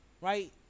right